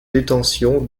détention